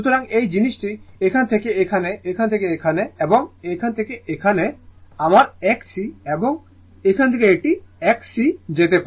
সুতরাং এই জিনিসটি এখান থেকে এখানে এখান থেকে এখানে এখান থেকে এখানে এটি আমার XL এবং এখান থেকে এখানে এটি একটি XC